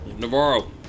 Navarro